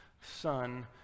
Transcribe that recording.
son